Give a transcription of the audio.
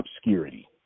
obscurity